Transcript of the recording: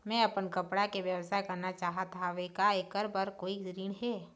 मैं अपन कपड़ा के व्यवसाय करना चाहत हावे का ऐकर बर कोई ऋण हे?